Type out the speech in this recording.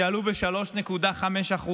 שעלו ב-3.5%,